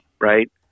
Right